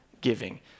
giving